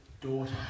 daughter